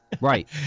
Right